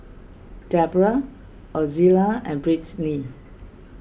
Deborah Ozella and Britney